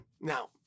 now